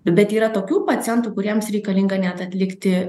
bet yra tokių pacientų kuriems reikalinga net atlikti